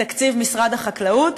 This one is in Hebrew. מתקציב משרד החקלאות,